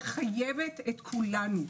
מחייבת את כולנו.